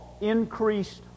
increased